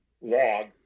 log